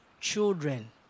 Children